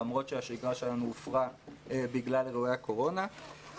למרות שהשגרה שלנו הופרה בגלל אירועי הקורונה.